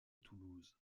toulouse